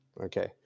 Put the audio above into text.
Okay